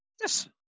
Yes